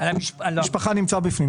משפחה נמצאת בפנים.